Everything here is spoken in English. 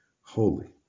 holy